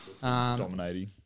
Dominating